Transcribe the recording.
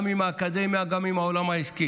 גם עם האקדמיה, גם עם העולם העסקי.